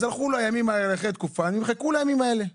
אז אחרי תקופה הימים האלה נמחקים.